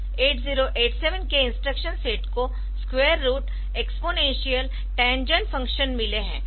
8087 के instruction set को square root exponential tangent function मिले है